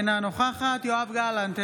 אינה נוכחת יואב גלנט,